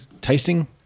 tasting